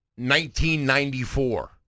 1994